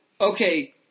Okay